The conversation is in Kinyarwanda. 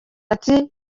ati